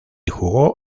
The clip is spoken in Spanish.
jugo